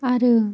आरो